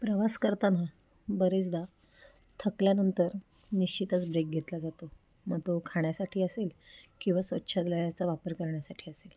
प्रवास करताना बरेचदा थकल्यानंतर निश्चितच ब्रेक घेतला जातो मग तो खाण्यासाठी असेल किंवा स्वच्छगयाचा वापर करण्यासाठी असेल